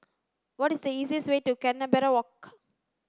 what is the easiest way to Canberra Walk